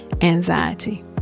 anxiety